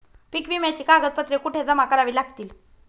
पीक विम्याची कागदपत्रे कुठे जमा करावी लागतील?